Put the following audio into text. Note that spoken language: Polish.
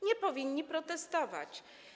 Nie powinni protestować.